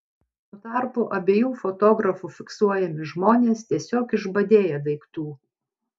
tuo tarpu abiejų fotografų fiksuojami žmonės tiesiog išbadėję daiktų